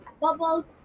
bubbles